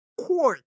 court